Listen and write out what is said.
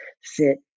sit